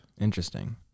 Interesting